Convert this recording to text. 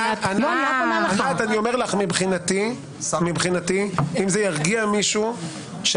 אני אומר לך שמבחינתי אם זה ירגיע מישהו,